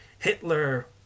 Hitler